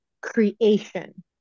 creation